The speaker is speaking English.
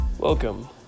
Welcome